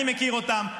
אני מכיר אותם,